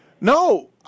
No